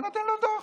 הוא נותן לו דוח.